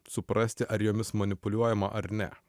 suprasti ar jomis manipuliuojama ar ne